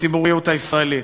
בציבוריות הישראלית,